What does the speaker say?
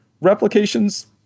replications